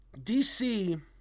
DC